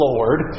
Lord